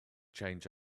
change